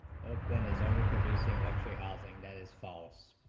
open is overproducing luxury housing that is false